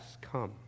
come